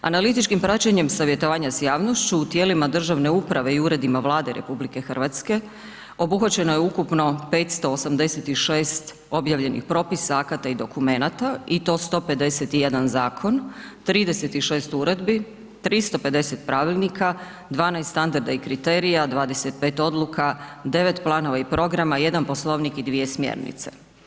Analitičkim praćenjem savjetovanja s javnošću, u tijelima državne uprave i uredima Vlade RH obuhvaćeno je ukupno 586 objavljenih propisa, akata i dokumenata i to 151 zakon, 36 uredbi, 350 pravilnika, 12 standarda i kriterija, 25 odluka, 9 planova i programa, 1 poslovnik i 2 smjernice.